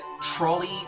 trolley